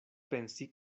pensi